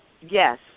yes